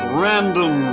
random